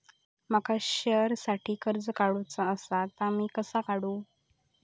माका शेअरसाठी कर्ज काढूचा असा ता मी कसा काढू?